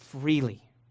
freely